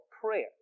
prayer